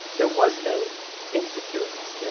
there was no insecurities. yeah